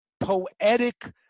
Poetic